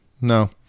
No